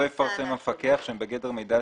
לא יפרסם המפקח פרטים שהם בגדר מידע